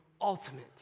ultimate